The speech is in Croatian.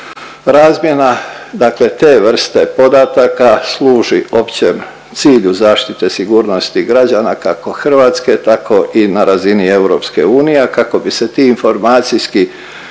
Razmjena dakle te vrste podataka služi općem cilju zaštite sigurnosti građana kako Hrvatske tako i na razini EU, a kako bi se ti informacijski